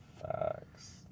Facts